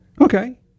okay